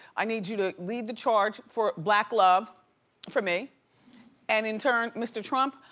i need you to lead the charts for black love for me and in turn, mr. trump,